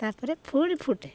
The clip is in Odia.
ତାପରେ ଫୁଣି ଫୁଟେ